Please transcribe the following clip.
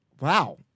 Wow